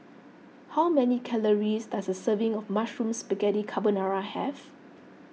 how many calories does a serving of Mushroom Spaghetti Carbonara have